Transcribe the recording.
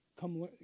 Come